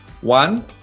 One